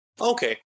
Okay